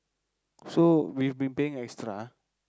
so we've been paying extra